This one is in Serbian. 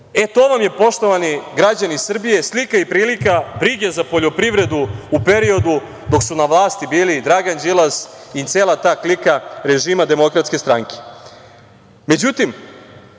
to vam je, poštovani građani Srbije, slika i prilika brige za poljoprivredu u periodu dok su na vlasti bili Dragan Đilas i cela ta klika režima DS.Međutim, da